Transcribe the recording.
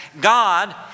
God